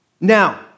Now